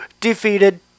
Defeated